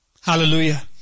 hallelujah